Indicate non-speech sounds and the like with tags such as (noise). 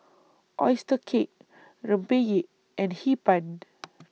Oyster Cake Rempeyek and Hee Pan (noise)